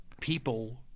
people